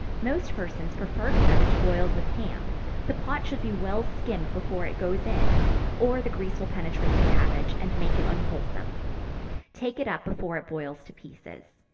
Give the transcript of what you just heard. most persons prefer cabbage boiled with ham the pot should be well skimmed before it goes in or the grease will penetrate the cabbage, and make it unwholesome take it up before it boils to pieces.